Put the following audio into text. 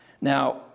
Now